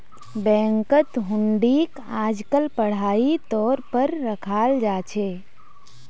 बैंकत हुंडीक आजकल पढ़ाई तौर पर रखाल जा छे